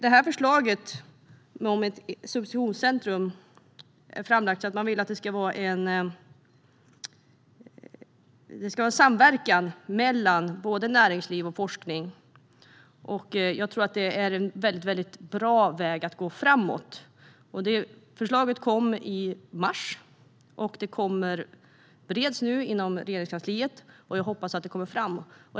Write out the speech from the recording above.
Enligt förslaget om ett substitutionscentrum vill man ha en samverkan mellan näringsliv och forskning, och jag tror att det är en väldigt bra väg att gå framåt. Förslaget kom i mars och bereds nu inom Regeringskansliet, och jag hoppas att det kommer fram.